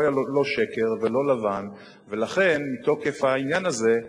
לא היה, לא שקר ולא לבן, ולכן, מתוקף העניין הזה,